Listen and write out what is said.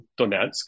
Donetsk